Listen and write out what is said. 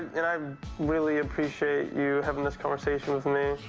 and i um really appreciate you having this conversation with me.